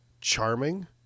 charming